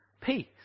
peace